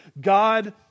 God